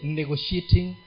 negotiating